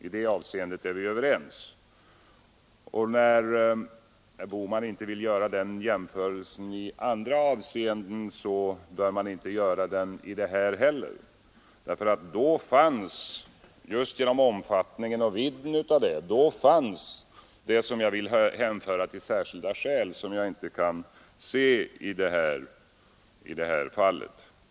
I det avseendet är vi överens. Och när herr Bohman inte vill göra den jämförelsen i andra avseenden, så bör han inte göra den i det här avseendet heller. Just genom omfattningen och vidden av Wennerströmaffären fanns det som jag vill kalla det ”särskilda skäl”, och sådana kan jag inte se i det här fallet.